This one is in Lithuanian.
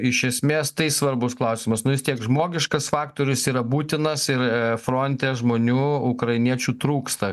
iš esmės tai svarbus klausimas nu vis tiek žmogiškas faktorius yra būtinas ir fronte žmonių ukrainiečių trūksta